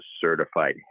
certified